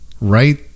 Right